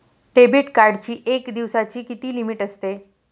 Debit कार्डची एका दिवसाची किती लिमिट असते?